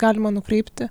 galima nukreipti